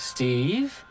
Steve